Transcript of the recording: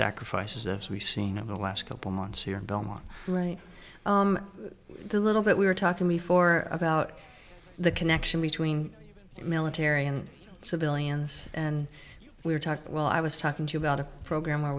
sacrifices as we've seen over the last couple months here in belmont right the little bit we were talking before about the connection between military and civilians and we're talking while i was talking to you about a program where